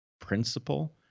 principle